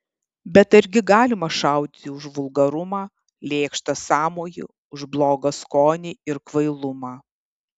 bet argi galima šaudyti už vulgarumą lėkštą sąmojį už blogą skonį ir kvailumą